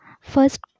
first